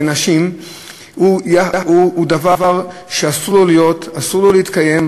זה דבר שאסור לו להתקיים,